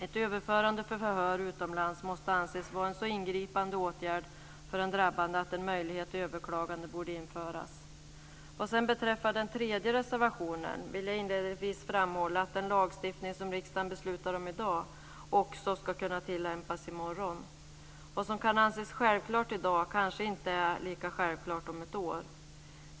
Ett överförande för förhör utomlands måste anses vara en så ingripande åtgärd för den drabbade att en möjlighet till överklagande borde införas. Vad sedan beträffar den tredje reservationen vill jag inledningsvis framhålla att den lagstiftning som riksdagen beslutar om i dag också ska kunna tillämpas i morgon. Vad som kan anses självklart i dag kanske inte är lika självklart om ett år.